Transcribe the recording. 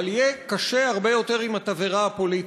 אבל יהיה קשה הרבה יותר עם התבערה הפוליטית.